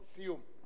לסיום.